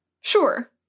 Sure